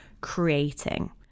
creating